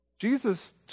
Jesus